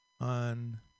on